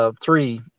three